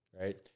right